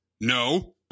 No